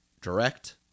direct